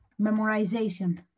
memorization